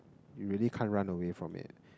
you really can't run away from it